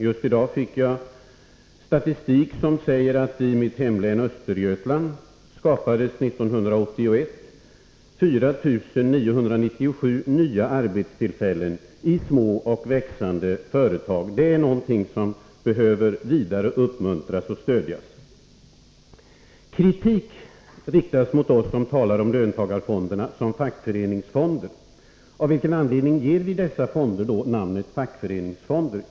Just i dag fick jag statistik som visar att det år 1981 i mitt hemlän, Östergötlands län, skapades 4 997 nya arbetstillfällen i små och växande företag. Det är någonting som behöver uppmuntras och stödjas ytterligare. Kritik riktas mot oss som talar om löntagarfonderna som fackföreningsfonder. Men av vilken anledning ger vi dessa fonder namnet fackföreningsfonder?